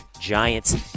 Giants